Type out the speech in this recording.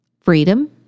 Freedom